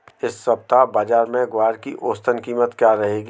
इस सप्ताह बाज़ार में ग्वार की औसतन कीमत क्या रहेगी?